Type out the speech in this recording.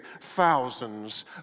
thousands